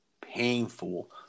painful